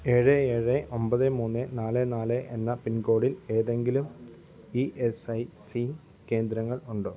ഏഴ് ഏഴ് ഒമ്പത് മൂന്ന് നാല് നാല് എന്ന പിൻകോഡിൽ ഏതെങ്കിലും ഇ എസ് ഐ സി കേന്ദ്രങ്ങൾ ഉണ്ടോ